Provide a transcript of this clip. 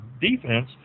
defense